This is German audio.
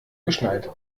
geschneit